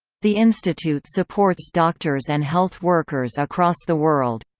the institute supports doctors and health workers across the world.